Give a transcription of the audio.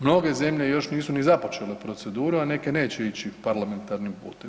Mnoge zemlje još nisu ni započele proceduru, a neke neće ići parlamentarnim putem.